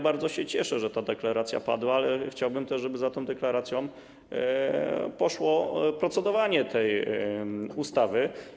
Bardzo się cieszę, że ta deklaracja padła, ale chciałbym też, żeby za tą deklaracją poszło procedowanie tej ustawy.